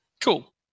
cool